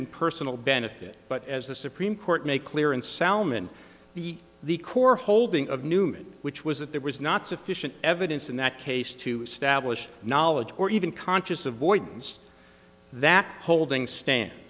and personal benefit but as the supreme court made clear in salomon the the core holding of newman which was that there was not sufficient evidence in that case to establish knowledge or even conscious avoidance that holding stand